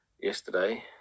yesterday